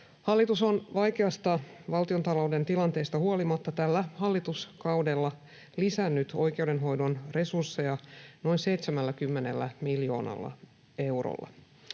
Hallitus on vaikeasta valtiontalouden tilanteesta huolimatta tällä hallituskaudella lisännyt oikeudenhoidon resursseja noin 70 miljoonalla eurolla.